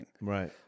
Right